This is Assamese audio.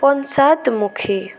পঞ্চাদশমুখী